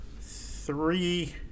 three